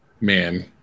man